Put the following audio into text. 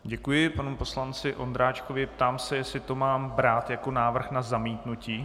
Děkuji panu poslanci Ondráčkovi, ptám se, jestli to mám brát jako návrh na zamítnutí.